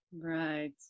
right